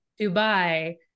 Dubai